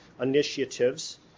initiatives